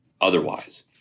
otherwise